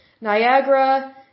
Niagara